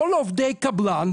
כל עובדי הקבלן,